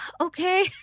okay